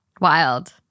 Wild